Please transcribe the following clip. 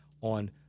on